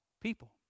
people